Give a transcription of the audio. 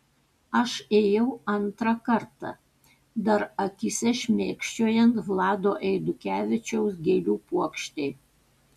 aš ėjau antrą kartą dar akyse šmėkščiojant vlado eidukevičiaus gėlių puokštei